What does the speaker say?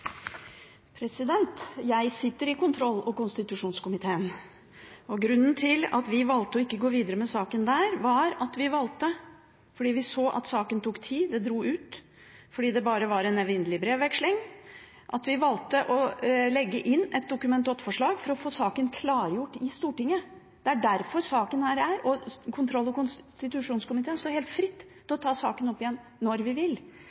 Jeg sitter i kontroll- og konstitusjonskomiteen, og grunnen til at vi valgte ikke å gå videre med saken der, var at vi så at det tok tid – det dro ut, det var bare en evinnelig brevveksling – så vi valgte å legge inn et Dokument 8-forslag for å få saken klargjort i Stortinget. Det er derfor saken er her, og i kontroll- og konstitusjonskomiteen står vi helt fritt til å ta saken opp igjen når vi vil.